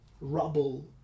rubble